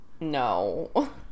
no